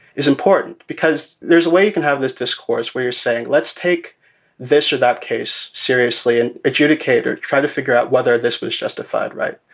is important because there's a way you can have this discourse where you're saying, let's take this or that case seriously and adjudicator, try to figure out whether this was justified. right.